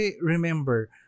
remember